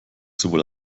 sowohl